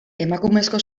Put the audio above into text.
emakumezko